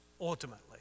ultimately